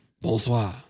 Bonsoir